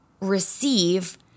receive